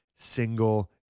single